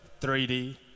3D